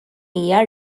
hija